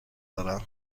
دارم